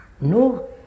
no